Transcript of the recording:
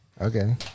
Okay